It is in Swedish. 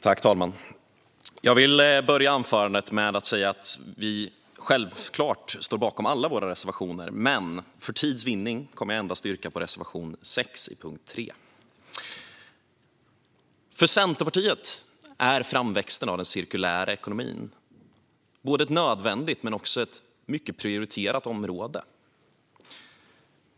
Herr talman! Jag vill börja anförandet med att säga att vi självklart står bakom alla våra reservationer. Men för tids vinnande kommer jag att yrka bifall endast till reservation 6, under punkt 3. För Centerpartiet är framväxten av den cirkulära ekonomin ett nödvändigt men också mycket prioriterat område.